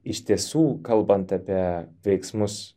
iš tiesų kalbant apie veiksmus